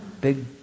big